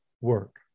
work